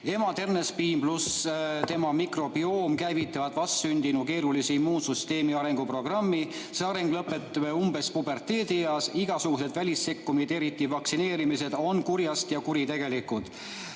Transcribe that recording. Ema ternespiim pluss tema mikrobioom käivitavad vastsündinu keerulise immuunsüsteemi arengu programmi. See areng lõppeb umbes puberteedieas. Igasugused välissekkumised, eriti vaktsineerimised, on kurjast ja kuritegelikud.